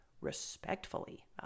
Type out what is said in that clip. respectfully